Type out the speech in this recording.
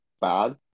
bad